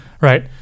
right